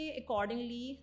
accordingly